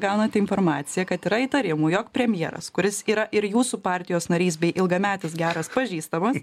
gaunate informaciją kad yra įtarimų jog premjeras kuris yra ir jūsų partijos narys bei ilgametis geras pažįstamas